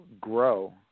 grow